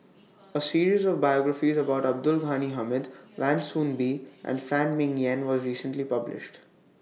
A series of biographies about Abdul Ghani Hamid Wan Soon Bee and Phan Ming Yen was recently published